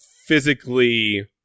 physically